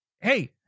hey